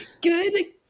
Good